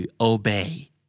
obey